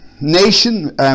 Nation